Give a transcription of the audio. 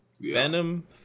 Venom